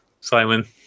Simon